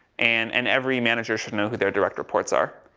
and, and every manager should know, who their direct reports are?